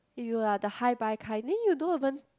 if you are the hi bye kind then you don't even